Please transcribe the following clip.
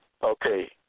Okay